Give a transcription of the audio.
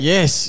Yes